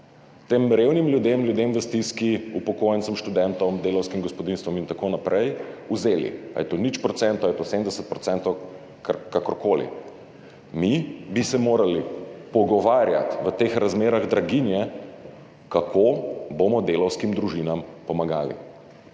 tem revnim ljudem, ljudem v stiski, upokojencem, študentom, delavskim gospodinjstvom in tako naprej. Ali je to 0 % ali je to 70 %, kakorkoli. Mi bi se morali pogovarjati v teh razmerah draginje, kako bomo delavskim družinam pomagali.